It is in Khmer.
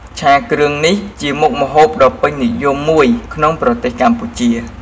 ឆាគ្រឿងនេះជាមុខម្ហូបដ៏ពេញនិយមមួយក្នុងប្រទេសកម្ពុជា។